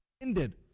ended